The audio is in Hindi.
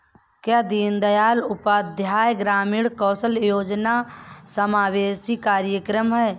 क्या दीनदयाल उपाध्याय ग्रामीण कौशल योजना समावेशी कार्यक्रम है?